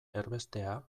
erbestea